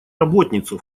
работницу